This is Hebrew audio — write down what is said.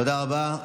תודה רבה.